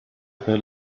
per